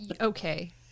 Okay